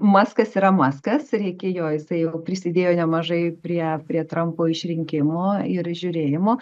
maskas yra maskas reikia jo jisai jau prisidėjo nemažai prie prie trampo išrinkimo ir žiūrėjimo